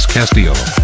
Castillo